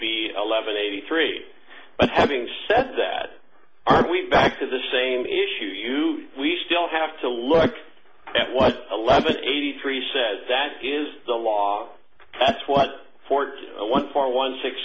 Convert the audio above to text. eleven eighty three but having said that we're back to the same issue you we still have to look at what eleven eighty three says that the law that's what forty one four one six